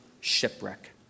shipwreck